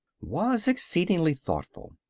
was exceedingly thoughtful.